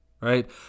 Right